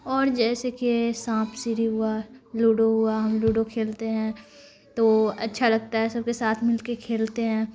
اور جیسے کہ سانپ سیڑھی ہوا لوڈو ہوا ہم لوڈو کھیلتے ہیں تو اچھا لگتا ہے سب کے ساتھ مل کے کھیلتے ہیں